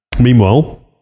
Meanwhile